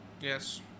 yes